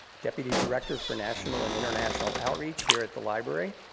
deputy director for national and international outreach here at the library.